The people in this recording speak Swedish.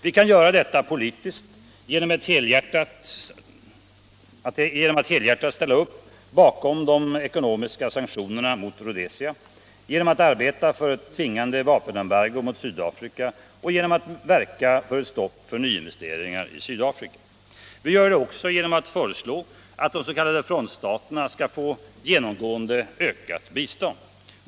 Vi kan göra detta politiskt genom att helhjärtat ställa upp bakom de ekonomiska sanktionerna mot Rhodesia, genom att arbeta för ett tvingande vapenembargo mot Sydafrika och genom att verka för ett stopp för nyinvesteringar i Sydafrika. Vi gör det också genom att föreslå att de s.k. frontstaterna skall få genomgående ökat bistånd.